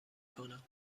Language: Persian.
کنم